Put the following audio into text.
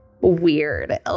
weird